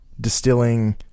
distilling